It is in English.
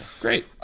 great